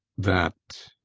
that?